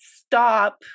stop